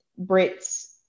brits